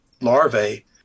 larvae